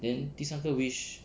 then 第三次 wish